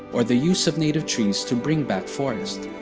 or the use of native trees to bring back forest.